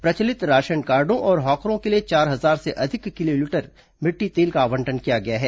प्रचलित राशनकार्डो और हॉकरों के लिए चार हजार से अधिक किलोलीटर मिट्टी तेल का आवंटन किया गया है